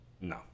No